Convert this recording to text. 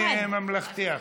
אני ממלכתי עכשיו.